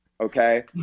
Okay